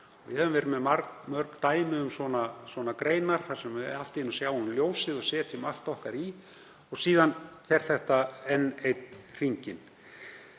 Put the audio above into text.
Við höfum verið með mörg dæmi um svona greinar þar sem við sjáum allt í einu ljósið og setjum allt okkar í hana og svo fer þetta enn einn hringinn.